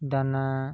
ଦାନା